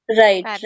right